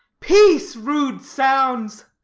peace, rude sounds!